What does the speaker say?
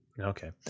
okay